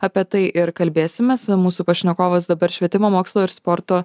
apie tai ir kalbėsimės mūsų pašnekovas dabar švietimo mokslo ir sporto